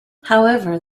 however